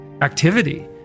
activity